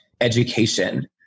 education